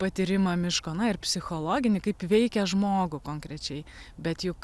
patyrimą miško na ir psichologinį kaip veikia žmogų konkrečiai bet juk